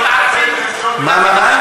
מה?